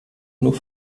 nur